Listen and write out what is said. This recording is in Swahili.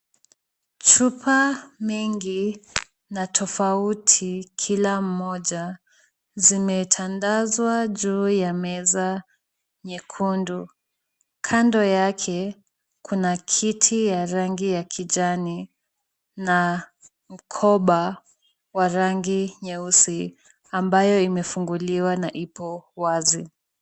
Chupa mingi na tofauti kila mmoja zimetandazwa juu ya meza nyekundu. Kando yake kuna kiti ya rangi ya kijani na mkoba wa rangi nyeusi ambayo imefunguliwa na ipo wazi.